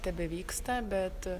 tebevyksta bet